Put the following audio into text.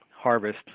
harvest